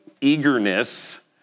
eagerness